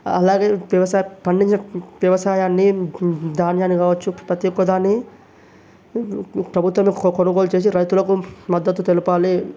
అలాగే వ్యవసాయం పండించిన వ్యవసాయాన్ని ధాన్యాన్ని కావచ్చు ప్రతి ఒక్కదాన్ని ప్రభుత్వమే కొనుగోలు చేసి రైతులకు మద్దతు తెలపాలి